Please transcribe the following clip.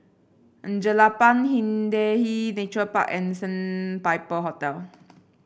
Jelapang Hindhede Nature Park and Sandpiper Hotel